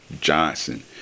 Johnson